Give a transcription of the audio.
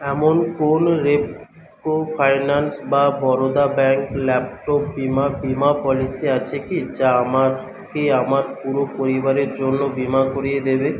এমন কোন রেপকো ফাইন্যান্স বা বরোদা ব্যাঙ্ক ল্যাপটপ বীমা বীমা পলিসি আছে কি যা আমাকে আমার পুরো পরিবারের জন্য বীমা করিয়ে দেবে